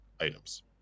items